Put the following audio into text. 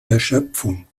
erschöpfung